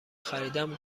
خریدم